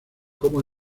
cómo